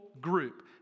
group